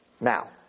Now